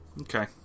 Okay